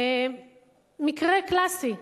מקרה קלאסי,